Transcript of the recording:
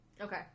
Okay